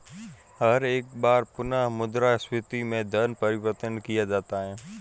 हर एक बार पुनः मुद्रा स्फीती में धन परिवर्तन किया जाता है